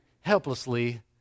helplessly